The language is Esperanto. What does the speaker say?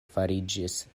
fariĝis